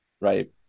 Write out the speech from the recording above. right